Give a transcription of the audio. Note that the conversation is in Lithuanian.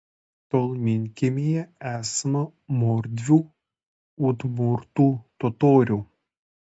tolminkiemyje esama mordvių udmurtų totorių